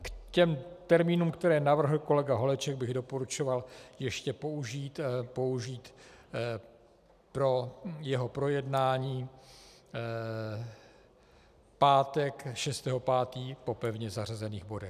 K těm termínům, které navrhl kolega Holeček, bych doporučoval ještě použít pro jeho projednání pátek 6. 5. po pevně zařazených bodech.